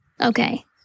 Okay